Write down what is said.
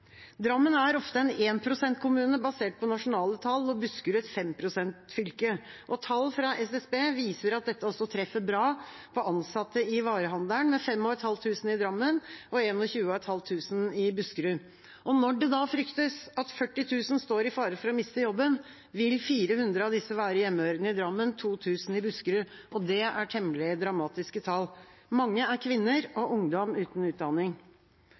Drammen er ofte en 1 pst.-kommune basert på nasjonale tall og Buskerud et 5 pst.-fylke. Tall fra SSB viser at dette treffer bra for ansatte i varehandelen, med 5 500 i Drammen og 21 500 i Buskerud. Når det fryktes at 40 000 står i fare for å miste jobben, vil 400 av disse være hjemmehørende i Drammen og 2 000 i Buskerud. Det er temmelig dramatiske tall. Mange er kvinner og ungdom uten utdanning.